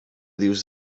dius